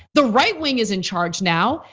the right wing is in charge now,